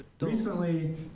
Recently